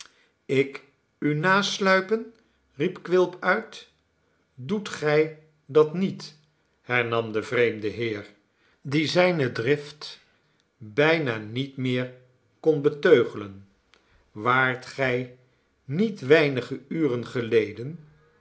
ik u nasluipen riep quilp uit doet gij dat niet hernam de vreemde heer die zijne drift bijna niet meer kon beteugelen waart gij niet weinige uren geleden